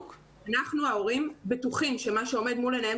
אנחנו ההורים בטוחים שמה שעומד מול עיניהם